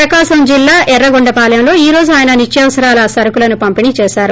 ప్రకాశం జిల్లా ఎర్రగొండపాలెంలో ఈ రోజు ఆయన నిత్యావసర సరుకుల పంపిణీ చేశారు